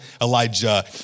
Elijah